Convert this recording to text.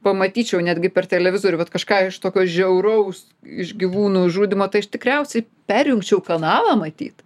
pamatyčiau netgi per televizorių bet kažką iš tokio žiauraus iš gyvūnų žudymo tai aš tikriausiai perjungčiau kanalą matyt